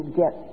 get